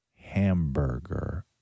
hamburger